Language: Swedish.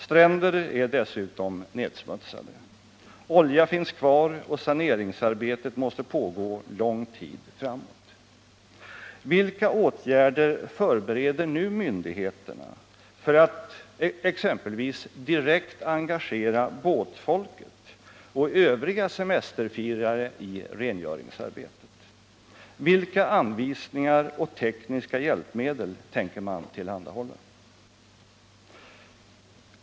Stränder är dessutom nedsmutsade. Olja finns kvar, och saneringsarbetet måste pågå lång tid framåt. Vilka åtgärder förbereder nu myndigheterna för att exempelvis direkt engagera båtfolket och övriga semesterfirare i rengöringsarbetet? Vilka anvisningar och tekniska hjälpmedel tänker man tillhandahålla?